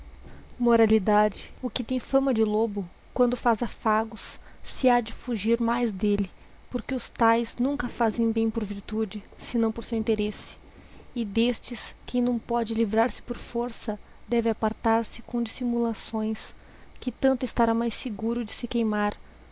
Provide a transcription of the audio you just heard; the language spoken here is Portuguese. que tem fama de lobo quando faz afagos se ha de fugir mais delle jíòfqué ostâés nunca fazem bem por virtude senaõ por sente-se e destes que não pode livrar-se por força deve apartar s com dissimulações que tanto e vá mais seguro de se queimar